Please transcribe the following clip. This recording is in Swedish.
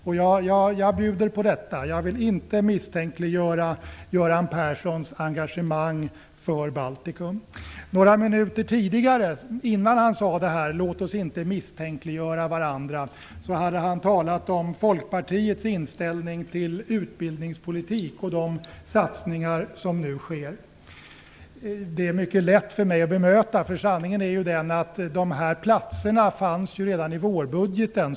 Och jag bjuder på detta - jag vill inte misstänkliggöra Göran Perssons engagemang för Några minuter tidigare, innan han sade detta om misstänkliggörandet, hade han talat om Folkpartiets inställning till utbildningspolitik och de satsningar som nu sker. Det är mycket lätt för mig att bemöta detta, eftersom sanningen är den att dessa utbildningsplatser fanns med redan i vårbudgeten.